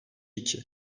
iki